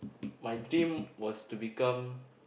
my dream was to become